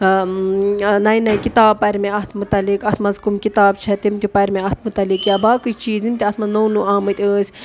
نَیہِ نَیہِ کِتاب پَرِ مےٚ اَتھ متعلق اَتھ مںٛز کٕم کِتاب چھےٚ تِم تہِ پَرِ مےٚ اَتھ متعلق یا باقٕے چیٖز یِم تہِ اَتھ منٛز نو نو آمٕتۍ ٲسۍ